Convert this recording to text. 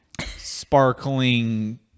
sparkling